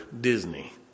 Disney